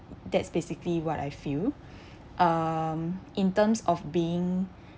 that's basically what I feel um in terms of being